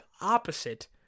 opposite